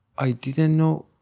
i didn't know